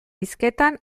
hizketan